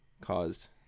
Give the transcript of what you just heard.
caused